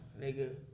nigga